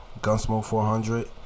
Gunsmoke400